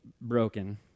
broken